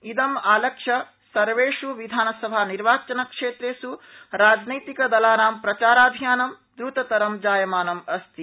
इदमालक्ष्य सर्वेष् विधानसभा निर्वाचनक्षेत्रेष् राजनत्क्रिदलानां प्रचाराभियानंद्रततरं जायमानम् अस्ति